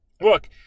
Look